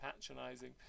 patronizing